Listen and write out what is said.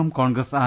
M Congress R